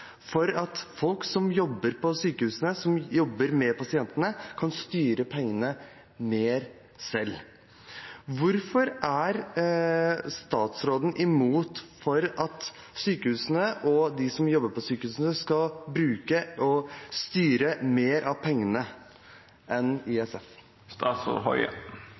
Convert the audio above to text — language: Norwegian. at folk som jobber på sykehusene, og som jobber med pasientene, kan styre pengene mer selv. Hvorfor er statsråden imot at sykehusene og de som jobber på sykehusene, skal bruke og styre mer av pengene enn ISF?